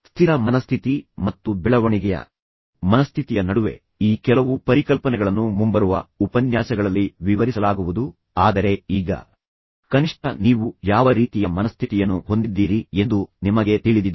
ಸ್ಥಿರ ಮನಸ್ಥಿತಿ ಮತ್ತು ಬೆಳವಣಿಗೆಯ ಮನಸ್ಥಿತಿಯ ನಡುವೆ ಈ ಕೆಲವು ಪರಿಕಲ್ಪನೆಗಳನ್ನು ಮುಂಬರುವ ಉಪನ್ಯಾಸಗಳಲ್ಲಿ ವಿವರಿಸಲಾಗುವುದು ಆದರೆ ಈಗ ಕನಿಷ್ಠ ನೀವು ಯಾವ ರೀತಿಯ ಮನಸ್ಥಿತಿಯನ್ನು ಹೊಂದಿದ್ದೀರಿ ಎಂದು ನಿಮಗೆ ತಿಳಿದಿದೆ